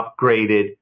upgraded